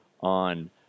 on